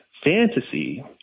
fantasy